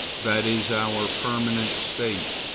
that is our permanent state.